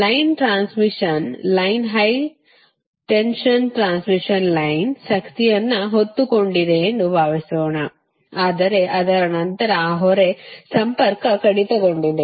line transmission line high tension transmission line ಶಕ್ತಿಯನ್ನು ಹೊತ್ತುಕೊಂಡಿದೆ ಎಂದು ಭಾವಿಸೋಣ ಆದರೆ ಅದರ ನಂತರ ಆ ಹೊರೆ ಸಂಪರ್ಕ ಕಡಿತಗೊಂಡಿದೆ